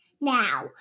now